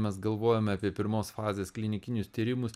mes galvojam apie pirmos fazės klinikinius tyrimus